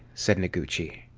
said noguchi.